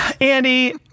Andy